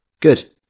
Good